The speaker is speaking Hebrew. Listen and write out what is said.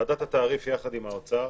ועדת התעריף יחד עם האוצר